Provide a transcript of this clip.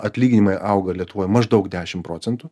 atlyginimai auga lietuvoj maždaug dešimt procentų